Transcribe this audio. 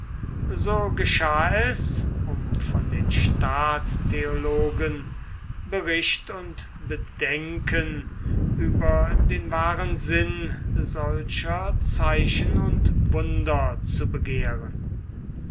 so geschah es um von den staatstheologen bericht und bedenken über den wahren sinn solcher zeichen und wunder zu begehren